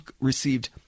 received